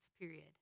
period